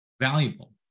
valuable